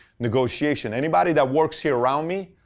negotiation. anybody that works here around me,